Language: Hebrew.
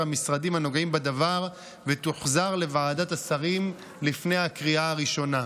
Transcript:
המשרדים הנוגעים בדבר ותוחזר לוועדת השרים לפני הקריאה הראשונה.